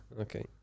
Okay